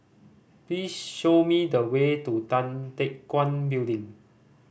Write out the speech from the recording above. please show me the way to Tan Teck Guan Building